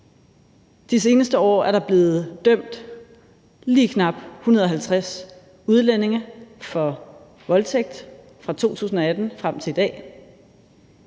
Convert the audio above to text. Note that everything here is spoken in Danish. De seneste år er der blevet dømt lige knap 150 udlændinge for voldtægt, fra 2018 frem til i dag,